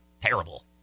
terrible